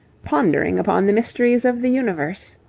pondering upon the mysteries of the universe.